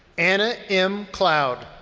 anna m. cloud.